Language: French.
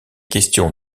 question